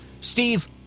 Steve